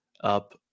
up